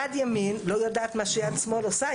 יד ימין לא יודעת מה ששמאל עושה,